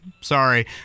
sorry